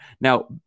Now